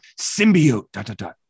symbiote